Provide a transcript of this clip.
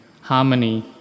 harmony